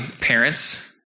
parents